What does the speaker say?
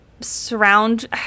surround